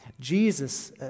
Jesus